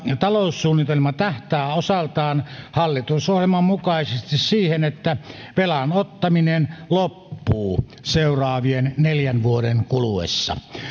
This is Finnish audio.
taloussuunnitelma tähtää osaltaan hallitusohjelman mukaisesti siihen että velan ottaminen loppuu seuraavien neljän vuoden kuluessa